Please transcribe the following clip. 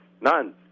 None